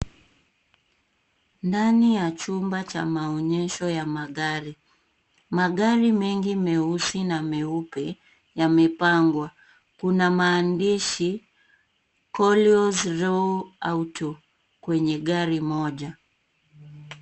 Ndani ya chumba cha maonyesho ya magari. Magari mengi meusi na meupe, yamepangwa. Kuna maandishi, KOLEOS RAWA AUTO kwenye gari moja.